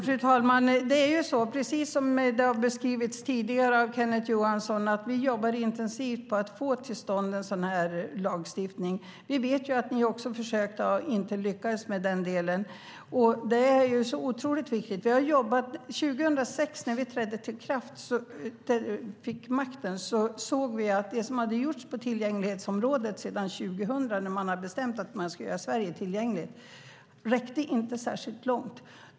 Fru talman! Det är precis som det har beskrivits tidigare av Kenneth Johansson att vi jobbar intensivt på att få till stånd en sådan här lagstiftning. Vi vet att ni också försökte och inte lyckades med den delen. Det är ju så otroligt viktigt. När vi fick makten 2006 såg vi att det som hade gjorts på tillgänglighetsområdet sedan 2000, när man hade bestämt att man skulle göra Sverige tillgängligt, inte räckte särskilt långt.